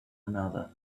another